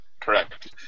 Correct